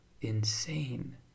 insane